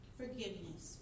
forgiveness